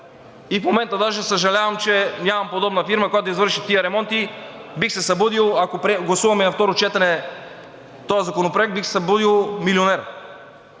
И в момента даже съжалявам, че нямам подобна фирма, която да завърши тези ремонти. Ако гласуваме и на второ четене този законопроект, бих се събудил милионер.